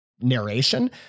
narration